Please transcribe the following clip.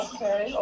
Okay